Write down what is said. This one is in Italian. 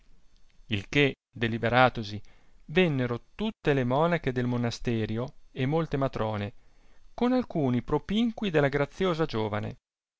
il che deliberatosi vennero tutte le monache del monasterio e molte matrone con alcuni propinqui della graziosa giovane